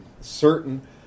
certain